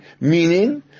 meaning